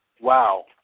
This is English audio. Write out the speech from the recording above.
Wow